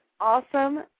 awesome